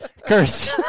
cursed